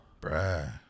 Bruh